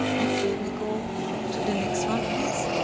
okay we go to the next one, please.